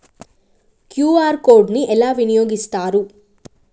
QR code ని ఎలా వినియోగిస్తారు?